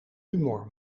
humor